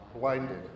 blinded